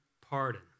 pardon